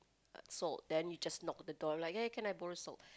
salt then you just knock the door like eh can I borrow salt